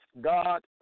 God